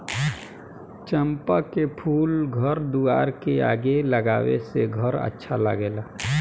चंपा के फूल घर दुआर के आगे लगावे से घर अच्छा लागेला